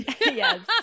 Yes